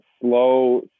slow